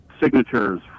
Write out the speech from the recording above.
signatures